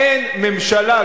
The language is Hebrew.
אין ממשלה,